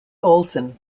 olsen